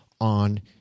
on